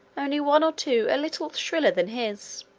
only one or two a little shriller than his.